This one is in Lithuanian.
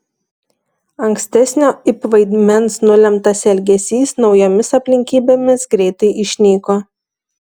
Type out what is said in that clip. ankstesnio ip vaidmens nulemtas elgesys naujomis aplinkybėmis greitai išnyko